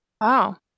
Wow